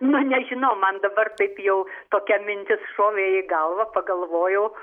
nu nežinau man dabar taip jau tokia mintis šovė į galvą pagalvojau